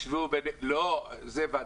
זה הבנתי.